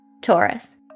Taurus